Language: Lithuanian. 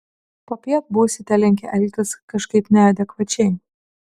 popiet būsite linkę elgtis kažkaip neadekvačiai